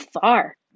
far